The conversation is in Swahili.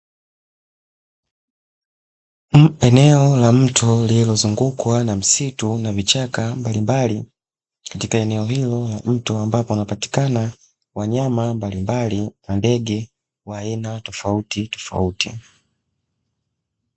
Eneo la mto lililozungukwa na msitu na vichaka mbalimbali katika eneo hilo mtu, ambapo wanapatikana wanyama mbalimbali na ndege wa aina tofauti tofauti.